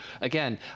Again